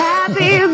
Happy